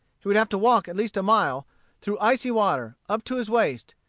he would have to walk at least a mile through icy water, up to his waist,